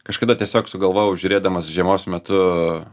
kažkada tiesiog sugalvojau žiūrėdamas žiemos metu